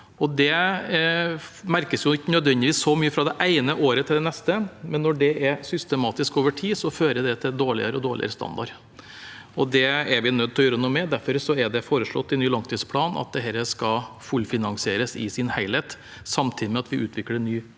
Det merkes ikke nødvendigvis så mye fra det ene året til det neste, men når det er systematisk over tid, fører det til dårligere og dårligere standard. Det er vi nødt til å gjøre noe med. Derfor er det foreslått i ny langtidsplan at dette skal fullfinansieres i sin helhet samtidig med at vi utvikler ny